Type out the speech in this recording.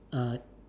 uh